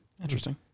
Interesting